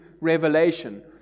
revelation